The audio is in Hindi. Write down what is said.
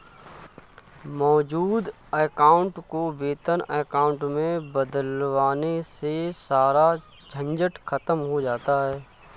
मौजूद अकाउंट को वेतन अकाउंट में बदलवाने से सारा झंझट खत्म हो जाता है